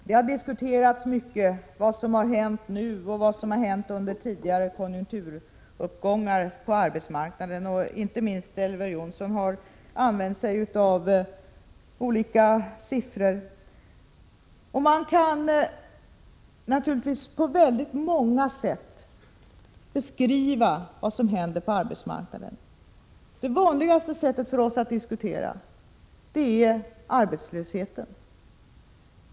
Det har diskuterats mycket om vad som hänt på arbetsmarknaden nu och vad som hände under tidigare konjunkturuppgångar. Inte minst Elver Jonsson har anfört olika siffror. Man kan naturligtvis beskriva vad som händer på arbetsmarknaden på många olika sätt. Det vanligaste i dessa diskussioner är att man anför siffrorna för arbetslösheten.